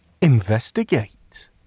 Investigate